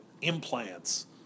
implants